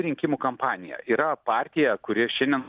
rinkimų kampanija yra partija kuri šiandien